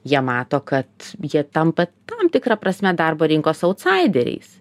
jie mato kad jie tampa tam tikra prasme darbo rinkos autsaideriais